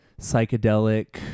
psychedelic